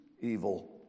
evil